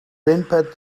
wimper